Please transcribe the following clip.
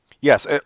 Yes